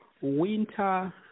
winter